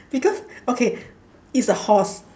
because okay it's a horse